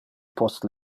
post